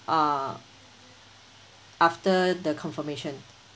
err after the confirmation